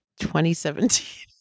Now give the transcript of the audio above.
2017